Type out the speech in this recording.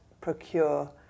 procure